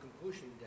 conclusion